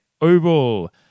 Oval